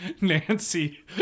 Nancy